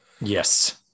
Yes